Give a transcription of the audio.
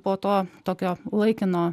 po to tokio laikino